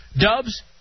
Dubs